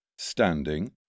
standing